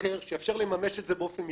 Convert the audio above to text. אחר, שיאפשר לממש את זה באופן מידי,